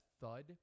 thud